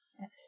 Yes